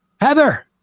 Heather